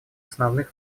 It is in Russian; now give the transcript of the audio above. основных